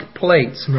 plates